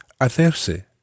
hacerse